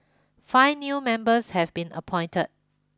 five new members have been appointed